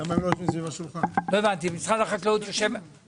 שלום לאדוני היושב-ראש ושלום לחברי הכנסת.